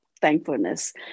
thankfulness